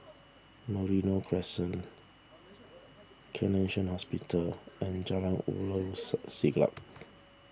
Merino Crescent Connexion Hospital and Jalan Ulu Siglap